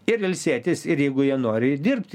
ir ilsėtis ir jeigu jie nori dirbt